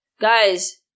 Guys